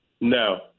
No